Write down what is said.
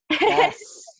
yes